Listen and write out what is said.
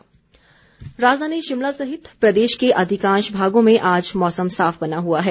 मौसम राजधानी शिमला सहित प्रदेश के अधिकांश भागों में आज मौसम साफ बना हुआ है